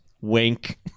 Wink